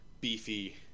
beefy